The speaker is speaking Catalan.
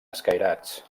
escairats